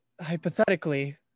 hypothetically